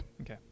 Okay